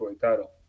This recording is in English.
title